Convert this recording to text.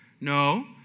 No